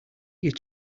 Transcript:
your